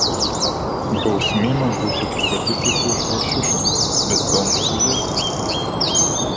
bausmė maždaug tokia pati kaip už hašišą bet pelnas didesnis